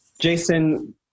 Jason